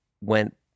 went